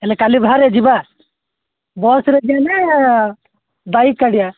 ହେଲେ କାଲି ବାହାରେ ଯିବା ବସରେ ଯିବା ନା ବାଇକ କାଢ଼ିବା